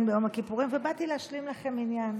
ביום הכיפורים ובאתי להשלים לכם מניין.